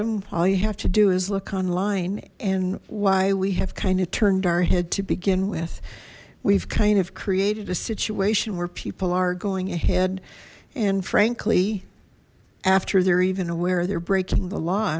him all you have to do is look online and why we have kind of turned our head to begin with we've kind of created a situation where people are going ahead and frankly after they're even aware they're breaking the law